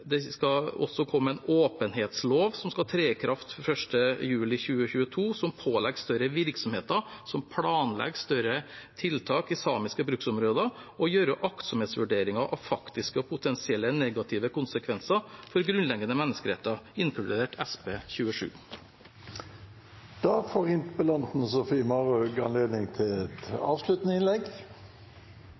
Det skal også komme en åpenhetslov, som skal tre i kraft 1. juli 2022, som pålegger større virksomheter som planlegger større tiltak i samiske bruksområder, å gjøre aktsomhetsvurderinger av faktiske og potensielle negative konsekvenser for grunnleggende menneskeretter, inkludert SP